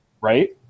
Right